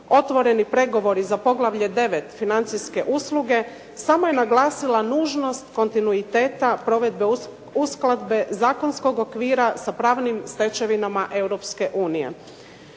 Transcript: otvoreni pregovori za poglavlje IX. – Financijske usluge samo je naglasila nužnost kontinuiteta provedbe uskladbe zakonskog okvira sa pravnim stečevinama